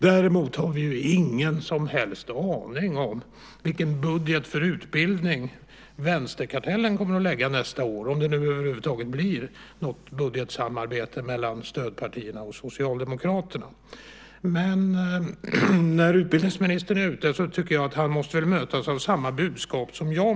Vi har ingen som helst aning om vilken budget för utbildning vänsterkartellen kommer att lägga nästa år, om det över huvud taget blir något budgetsamarbete mellan stödpartierna och Socialdemokraterna. Utbildningsministern måste väl mötas av samma budskap som jag.